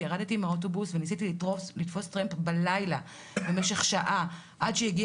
ירדתי מהאוטובוס וניסיתי לתפוס טרמפ בלילה במשך שעה עד שהגיע